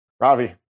Ravi